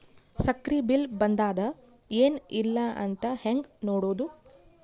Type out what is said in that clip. ಸಕ್ರಿ ಬಿಲ್ ಬಂದಾದ ಏನ್ ಇಲ್ಲ ಅಂತ ಹೆಂಗ್ ನೋಡುದು?